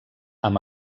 amb